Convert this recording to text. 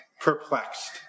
perplexed